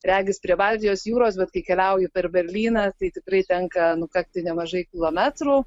regis prie baltijos jūros bet kai keliauji per berlyną tai tikrai tenka nukakti nemažai kilometrų